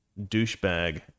douchebag